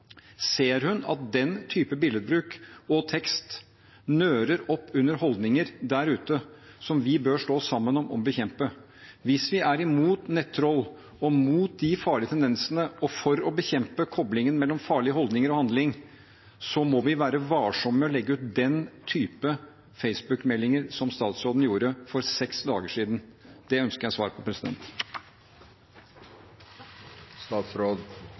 Ser hun at den type billedbruk og tekst nører opp under holdninger der ute som vi bør stå sammen om å bekjempe? Hvis vi er mot nettroll og mot de farlige tendensene og for å bekjempe koblingen mellom farlige holdninger og handling, må vi være varsomme med å legge ut den type Facebook-meldinger som statsråden gjorde for seks dager siden. Det ønsker jeg svar på.